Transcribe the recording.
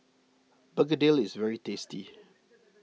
Begedil is very tasty